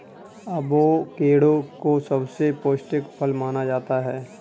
avocado को सबसे पौष्टिक फल माना जाता है